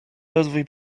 rozwój